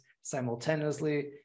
simultaneously